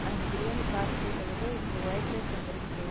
அஞ்சு பிரியாணி பார்சலுக்கு பதில் எங்களுக்கு ஒய்ட் ரைஸ் வந்திருக்குது